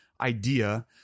idea